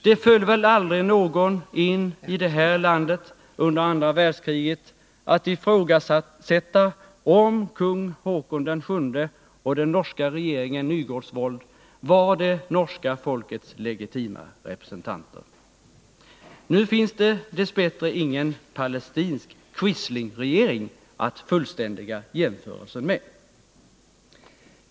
Det föll väl aldrig någon här i landet in under andra världskriget att ifrågasätta om kung Haakon VII och den norska regeringen Nygaardsvold var det norska folkets legitima representanter. Nu finns det dess bättre ingen palestinsk Quislingregering att fullständiga jämförelsen med.